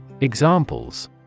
Examples